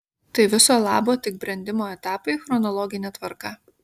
tai viso labo tik brendimo etapai chronologine tvarka